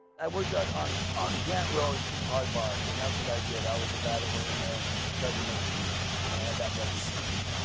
i worked out on on grant road at some hard bars. and that's what i did, i was the guy that went in there and tried to make peace. and i had that reputation.